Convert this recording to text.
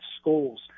school's